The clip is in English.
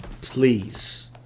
please